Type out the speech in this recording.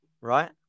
right